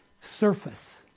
surface